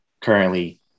currently